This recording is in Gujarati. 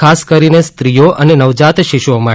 ખાસ કરીને સ્રીઓ અને નવજાત શિશુઓ માટે